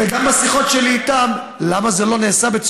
אתה אומר: למה לא עשו את זה